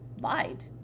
lied